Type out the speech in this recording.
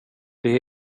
det